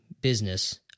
business